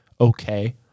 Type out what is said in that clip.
okay